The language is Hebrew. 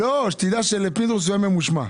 הרב גפני, רק שתדע שלפינדרוס הוא היה ממושמע.